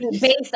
Based